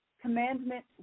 Commandment